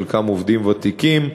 חלקם עובדים ותיקים,